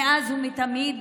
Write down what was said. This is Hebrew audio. מאז ומתמיד,